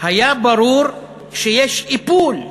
היה ברור שיש איפול,